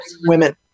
women